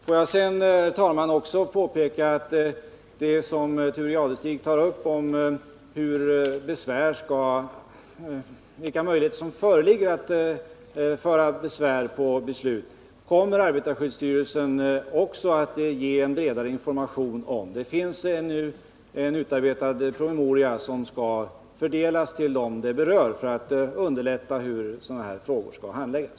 Får jag sedan, herr talman, också påpeka att den fråga som Thure Jadestig tar upp om vilka möjligheter som föreligger att anföra besvär över beslut kommer arbetarskyddsstyrelsen också att ge en ingående information om. Det finns nu en utarbetad promemoria, som skall delas ut till dem som berörs för att underlätta handläggningen av sådana frågor.